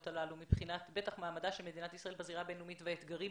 הללו מבחינת מעמדה של מדינת ישראל בזירה הבין-לאומית והאתגרים